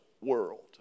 world